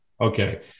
Okay